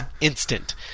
instant